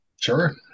sure